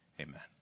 Amen